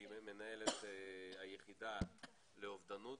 שהיא מנהלת היחידה לאובדנות,